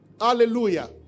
Hallelujah